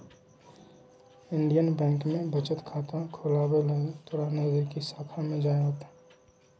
Indian Bank में बचत खाता खोलावे लगी तोरा नजदीकी शाखा में जाय होतो